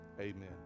Amen